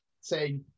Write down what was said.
say